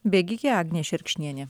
bėgikė agnė šerkšnienė